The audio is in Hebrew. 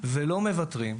ולא מוותרים.